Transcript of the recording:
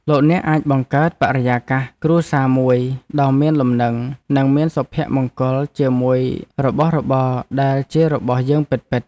លោកអ្នកអាចបង្កើតបរិយាកាសគ្រួសារមួយដ៏មានលំនឹងនិងមានសុភមង្គលជាមួយរបស់របរដែលជារបស់យើងពិតៗ។